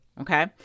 okay